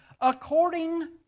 according